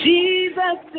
Jesus